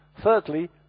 Thirdly